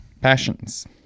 Passions